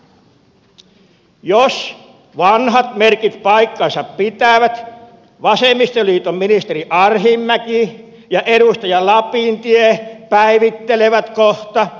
jos vanhat merkit paikkansa pitävät vasemmistoliiton ministeri arhinmäki ja edustaja lapintie päivittelevät kohta